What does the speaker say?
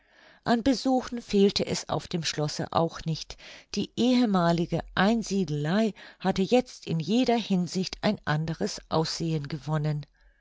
an besuchen fehlte es auf dem schlosse auch nicht die ehemalige einsiedelei hatte jetzt in jeder hinsicht ein anderes aussehen gewonnen